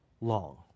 long